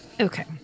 Okay